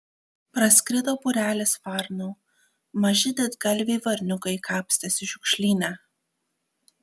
praskrido būrelis varnų maži didgalviai varniukai kapstėsi šiukšlyne